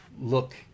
look